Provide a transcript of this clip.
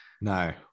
No